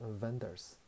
vendors